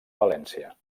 valència